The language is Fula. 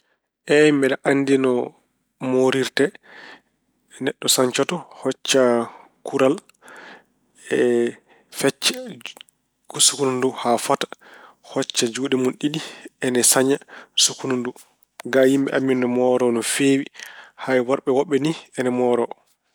Eey mbeɗe anndi no moorirte. Neɗɗo cancoto, hocca kural fecca sukkundu ndu haa fota. Hocca juuɗe mun ɗiɗi ine caña sukkundu ndu. Ga, yimɓe amin ine mooroo no feewi. Hay worɓe woɓɓe ni, ine mooro.